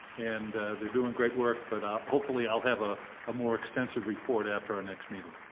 and they're doing great work, but hopefully i'll have a ah more extensive report after our next meeting.